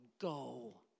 go